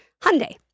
Hyundai